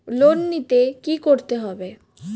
Loan নিতে কী করতে হবে?